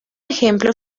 ejemplo